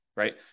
right